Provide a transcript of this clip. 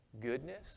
goodness